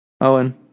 Owen